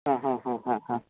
ಹಾಂ ಹಾಂ ಹಾಂ ಹಾಂ ಹಾಂ